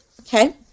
okay